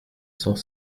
sans